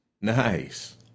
Nice